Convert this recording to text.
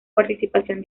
participación